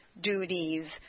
duties